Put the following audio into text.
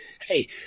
hey